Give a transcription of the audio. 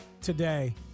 today